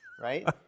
right